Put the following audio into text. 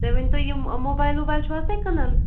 تُہۍ ؤنۍ تَو یِم موبایِل ووبایِل چھُو حظ تُہۍ کٕنان